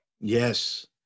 Yes